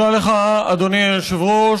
תודה לך, אדוני היושב-ראש.